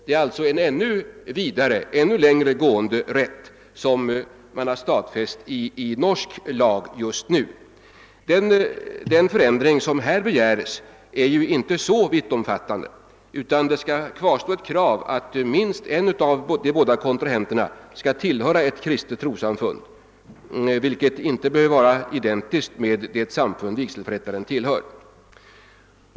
Det är alltså en ännu längre gående rätt som man har stadfäst i den norska lagen just nu. Den förändring som här har begärts är inte lika vittomfattande eftersom krav kvarstår på att minst en av de två kontrahenterna skall tillhöra ett kristet trossamfund, vilket dock inte behöver vara identiskt med det samfund vigselförrättaren tillhör.